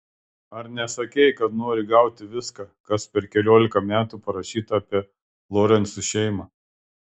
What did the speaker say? ar nesakei kad nori gauti viską kas per keliolika metų parašyta apie lorencų šeimą